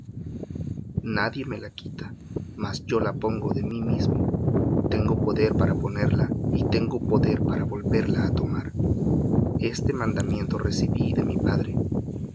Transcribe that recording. nadie me la quita mas yo la pongo de mí mismo tengo poder para ponerla y tengo poder para volverla á tomar este mandamiento recibí de mi padre